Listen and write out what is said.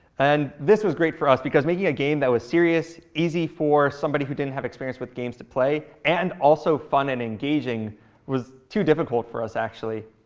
and this was great for us, because making a game that was serious, easy for somebody who didn't have experience with games to play, and also fun and engaging was too difficult for us actually.